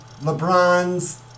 LeBron's